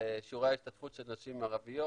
שיעורי ההשתתפות של נשים ערביות.